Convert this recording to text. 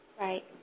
Right